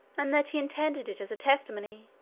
and that he intended it as testimony,